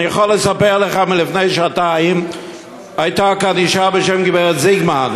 אני יכול לספר לך שלפני שעתיים הייתה כאן אישה בשם גברת זיגמן,